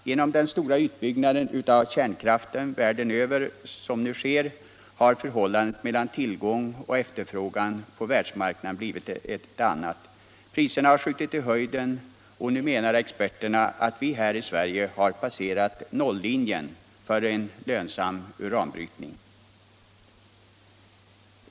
Genom den stora utbyggnad av kärnkraft världen över som nu sker har förhållandet mellan tillgång och efterfrågan på världsmarknaden blivit ett annat. Priserna har skjutit i höjden, och nu menar experterna att vi här i Sverige har passerat nollinjen för en lönsam uranbrytning.